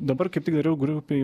dabar kaip tik geriau grupei